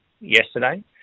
yesterday